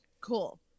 Cool